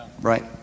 right